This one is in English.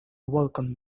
welcomed